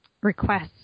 requests